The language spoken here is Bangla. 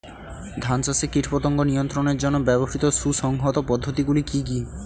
ধান চাষে কীটপতঙ্গ নিয়ন্ত্রণের জন্য ব্যবহৃত সুসংহত পদ্ধতিগুলি কি কি?